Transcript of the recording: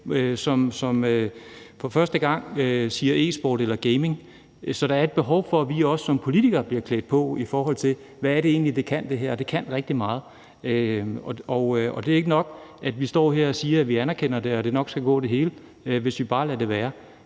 som for første gang siger »e-sport« eller »gaming«, så der er et behov for, at vi også som politikere bliver klædt på, i forhold til hvad det egentlig er, det her kan, og det kan rigtig meget, og det er ikke nok, at vi står her og siger, at vi anerkender det, og at det hele nok skal gå, hvis vi bare lader det være.